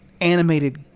animated